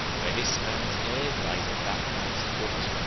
where this man's head lies at that man's foot,